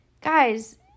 Guys